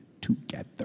together